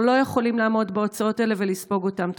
לא יכולים לעמוד בהוצאות האלה ולספוג אותן.